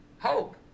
hope